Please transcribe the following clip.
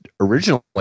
originally